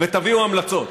תביאו המלצות.